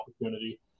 opportunity